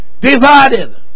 divided